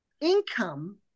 income